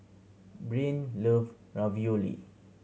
Brynn love Ravioli